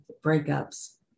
breakups